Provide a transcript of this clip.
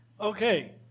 Okay